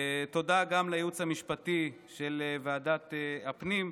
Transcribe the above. תודה גם לייעוץ המשפטי של ועדת הפנים,